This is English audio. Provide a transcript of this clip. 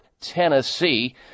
Tennessee